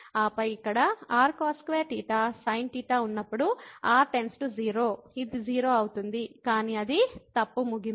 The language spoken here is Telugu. ఆపై ఇక్కడ r cos2θsinθ ఉన్నప్పుడు r → 0 ఇది 0 అవుతుంది కానీ అది తప్పు ముగింపు